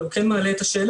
אבל הוא כן מעלה את השאלה,